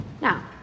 Now